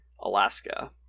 Alaska